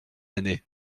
année